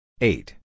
Eight